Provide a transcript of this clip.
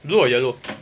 blue or yellow